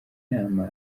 nama